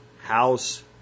house